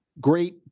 great